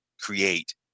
create